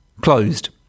closed